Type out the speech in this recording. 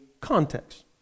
context